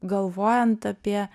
galvojant apie